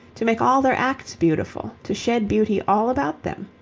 to make all their acts beautiful, to shed beauty all about them.